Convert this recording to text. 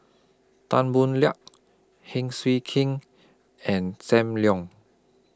Tan Boo Liat Heng Swee King and SAM Leong